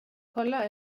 kolla